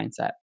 mindset